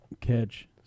catch